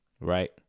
Right